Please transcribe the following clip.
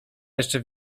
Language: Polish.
jeszcze